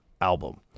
album